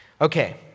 Okay